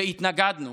והתנגדנו.